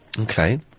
Okay